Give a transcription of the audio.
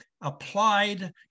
applied